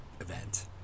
event